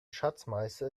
schatzmeister